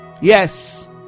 yes